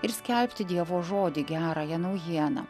ir skelbti dievo žodį gerąją naujieną